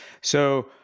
So-